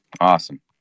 Awesome